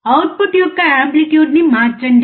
output యొక్క amplitude ని మార్చండి